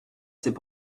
s’est